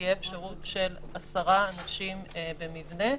תהיה אפשרות של 10 אנשים במבנה.